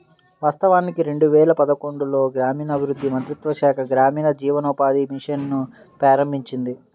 వాస్తవానికి రెండు వేల పదకొండులో గ్రామీణాభివృద్ధి మంత్రిత్వ శాఖ గ్రామీణ జీవనోపాధి మిషన్ ను ప్రారంభించింది